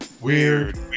weird